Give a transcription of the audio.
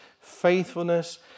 faithfulness